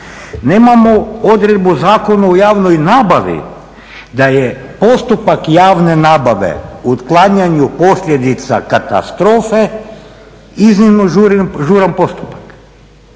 Nemamo odredbu u Zakonu o javnoj nabavi da je postupak javne nabave u otklanjanju posljedica katastrofe iznimno žuran postupak,